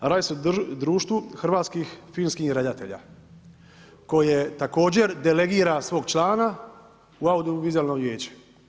Radi se o društvu hrvatskih filmskih redatelja koje također delegira svog člana u audiovizualno vijeće.